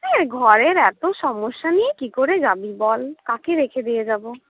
এই ঘরের এত সমস্যা নিয়ে কি করে যাবি বল কাকে রেখে দিয়ে যাবো